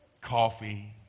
coffee